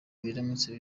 biramutse